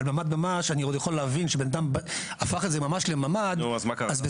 וממ"ד ממש אני עוד יכול להבין שבן אדם הפך את זה ממש לממ"ד אז בסדר,